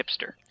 hipster